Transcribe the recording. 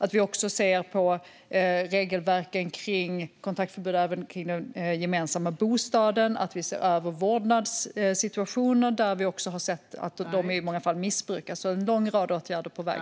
Vi ser också på regelverken kring kontaktförbud även runt den gemensamma bostaden, och vi ser över vårdnadssituationer som vi har sett missbrukas i många fall. Det är alltså en lång rad åtgärder på väg.